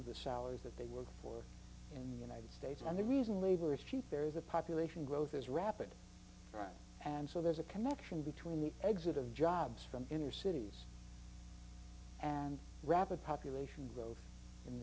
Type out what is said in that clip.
of the salaries that they work for in the united states and the reason labor is cheap there is a population growth is rapid rise and so there's a connection between the exit of jobs from inner cities and rapid population growth in